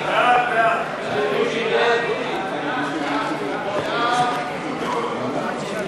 ההסתייגות (70) של קבוצת סיעת העבודה וקבוצת סיעת